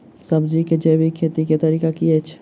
सब्जी केँ जैविक खेती कऽ तरीका की अछि?